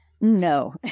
No